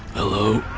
hello?